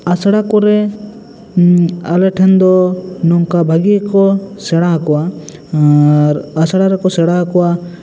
ᱟᱥᱲᱟ ᱠᱚᱨᱮ ᱟᱞᱮ ᱴᱷᱮᱱ ᱫᱚ ᱱᱚᱝᱠᱟ ᱵᱷᱟᱜᱮ ᱠᱚ ᱥᱮᱬᱟᱣ ᱟᱠᱚᱣᱟ ᱟᱨ ᱟᱥᱲᱟ ᱨᱮᱠᱚ ᱥᱮᱬᱟᱣ ᱟᱠᱚᱣᱟ